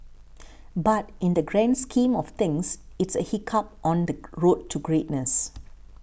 but in the grand scheme of things it's a hiccup on the road to greatness